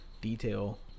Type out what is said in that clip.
detail